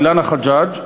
אילנה חג'ג,